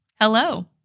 hello